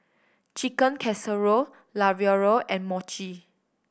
Chicken Casserole Ravioli and Mochi